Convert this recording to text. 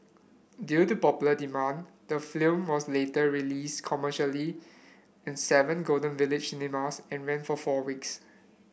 due to popular demand the film was later release commercially in seven Golden Village cinemas and ran for four weeks